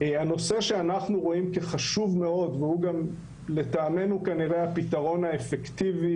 הנושא שאנחנו רואים כחשוב מאוד והוא לטעמנו כנראה הפתרון האפקטיבי